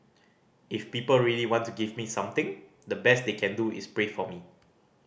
if people really want to give me something the best they can do is pray for me